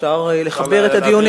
אפשר לחבר את הדיונים.